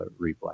replay